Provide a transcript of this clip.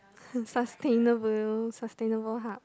sustainable sustainable hub